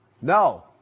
No